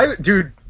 Dude